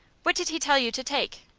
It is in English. what did he tell you to take?